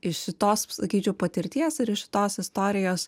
iš šitos sakyčiau patirties ar iš šitos istorijos